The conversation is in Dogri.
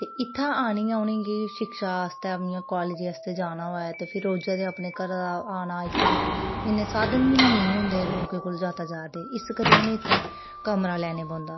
इत्थै आह्नियै उ'नें गी शिक्षा आस्तै जां कॉलेज आस्तै जाना होऐ ते रोजा दा अपने घरै आना इत्थै इन्ने साधन बी नेईं होंदे लोकें कोल यातायात दे फ्ही उ'नें गी इत्थै कमरा लैना पौंदा